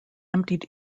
emptied